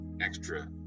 extra